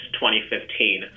2015